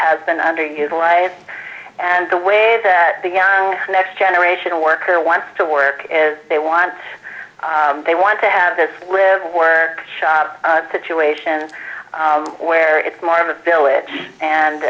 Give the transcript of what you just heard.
has been underutilized and the way that the young next generation worker wants to work is they want they want to have this live were shot situations where it's more of a village and